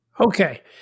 Okay